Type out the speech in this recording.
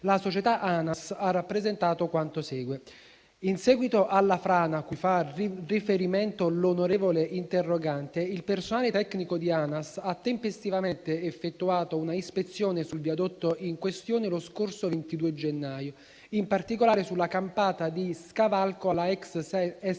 la società Anas ha rappresentato quanto segue. In seguito alla frana cui fa riferimento l'onorevole interrogante, il personale tecnico di Anas ha tempestivamente effettuato una ispezione sul viadotto in questione lo scorso 22 gennaio, in particolare sulla campata di scavalco alla ex strada